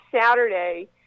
Saturday